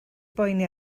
boeni